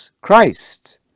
Christ